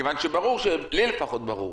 מכיוון שלי לפחות ברור